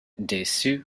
dessus